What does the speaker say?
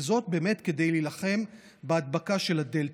וזאת באמת כדי להילחם בהדבקה של הדלתא.